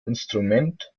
instrument